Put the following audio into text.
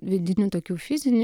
vidinių tokių fizinių